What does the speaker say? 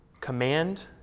Command